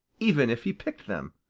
even if he picked them.